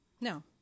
No